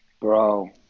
Bro